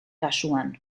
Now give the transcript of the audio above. kasuan